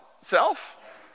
self